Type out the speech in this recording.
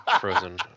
Frozen